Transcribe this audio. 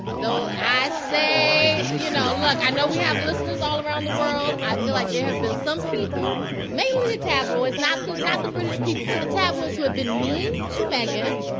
though i say, you know, look i know we have listeners all around the world. i feel like there have been some people, maybe the tabloids not the not the british people, but the tabloids who have been mean to meghan.